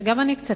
שגם אני קצת